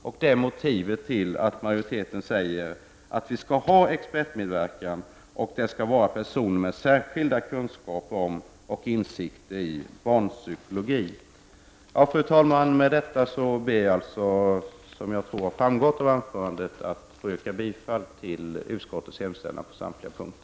Detta är motivet till att majoriteten säger att vi skall ha expertmedverkan och att det skall vara personer med särskilda kunskaper om och insikter i barnpsykologi. Fru talman! Med detta ber jag alltså att få yrka bifall till utskottets hemställan på samtliga punkter.